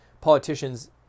politicians